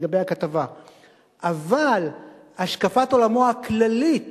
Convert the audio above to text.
אבל השקפת עולמו הכללית